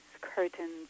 curtains